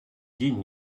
день